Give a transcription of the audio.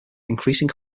increasing